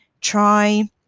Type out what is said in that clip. try